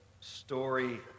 story